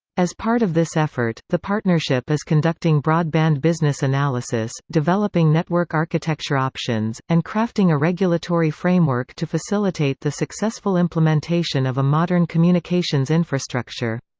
as part of this effort, the partnership is conducting broadband business analysis, developing network architecture options, and crafting a regulatory framework to facilitate the successful implementation of a modern communications infrastructure.